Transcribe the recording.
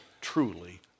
truly